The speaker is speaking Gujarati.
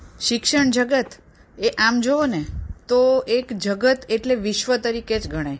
શિક્ષણ જગત એ આમ જુઓ ને તો એક જગત એટલે વિશ્વ તરીકે જ ગણાય